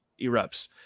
erupts